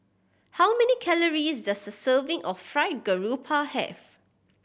how many calories does a serving of fried grouper have